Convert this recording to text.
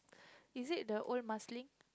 is it the old Marsiling